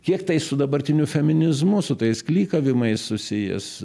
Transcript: kiek tai su dabartiniu feminizmu su tais klykavimais susijęs